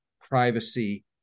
privacy